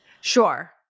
sure